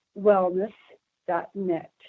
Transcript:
wellness.net